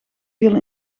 viel